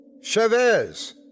Chavez